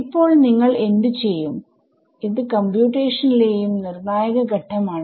ഇപ്പോൾ നിങ്ങൾ എന്ത് ചെയ്യുംഏത് കംപ്യൂട്ടേഷണിലെയും നിർണ്ണായകമായ ഘട്ടം ആണ്